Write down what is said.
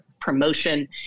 promotion